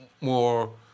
more